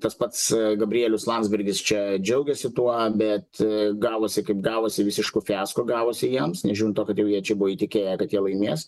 tas pats gabrielius landsbergis čia džiaugėsi tuo bet gavosi kaip gavosi visišku fiasko gavosi jiems nežiūrint to kad jau jie čia buvo įtikėję kad jie laimės